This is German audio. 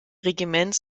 regiments